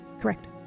correct